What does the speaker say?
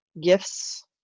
gifts